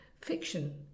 fiction